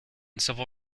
civil